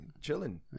Chilling